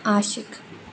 Ashiq